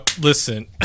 Listen